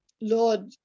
Lord